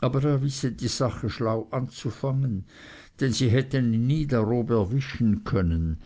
aber er wisse die sache schlau anzufangen denn sie hätten ihn nie darob erwischen können